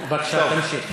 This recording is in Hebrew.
בבקשה, תמשיך.